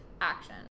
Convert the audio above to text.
action